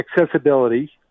accessibility